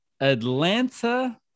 Atlanta